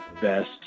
best